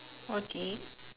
okay